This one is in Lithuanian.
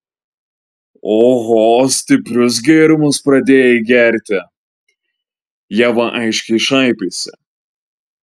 oho stiprius gėrimus pradėjai gerti ieva aiškiai šaipėsi